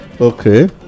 Okay